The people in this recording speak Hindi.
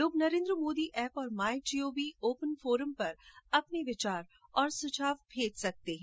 लोग नरेन्द्र मोदी ऐप और my G O V open forum पर अपने विचार और सुझाव भेज सकते हैं